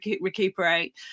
recuperate